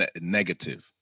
negative